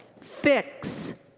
Fix